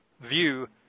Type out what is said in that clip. view